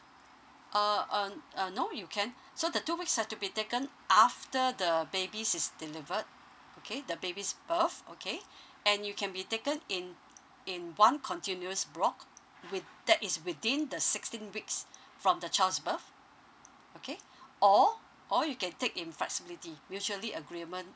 uh uh uh no you can so the two weeks have to be taken after the baby is delivered okay the baby's birth okay and you can be taken in in one continuous block with that is within the sixteen weeks from the child's birth okay or or you can take in flexibility mutually agreement